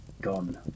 gone